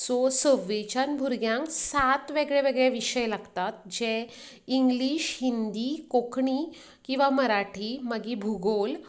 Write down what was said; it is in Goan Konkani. सो सव्वेच्यान भुरग्यांक सात वेगळे वेगळे विशय लागतात जे इंग्लीश हिंदी कोंकणी किंवां मराठी मागीर भुगोल